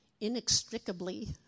Inextricably